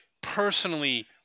personally